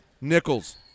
Nichols